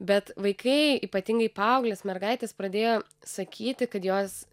bet vaikai ypatingai paauglės mergaitės pradėjo sakyti kad jos